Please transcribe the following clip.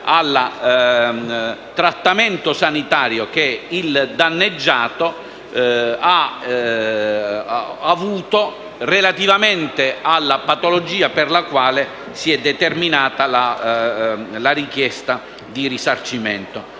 al trattamento sanitario che il danneggiato ha avuto relativamente alla patologia per la quale si è determinata la richiesta di risarcimento.